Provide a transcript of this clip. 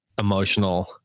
emotional